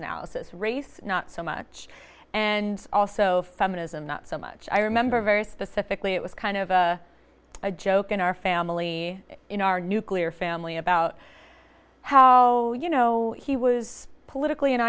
analysis race not so much and also feminism not so much i remember very specifically it was kind of a joke in our family in our nuclear family about how you know he was politically